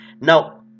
Now